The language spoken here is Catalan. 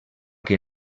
que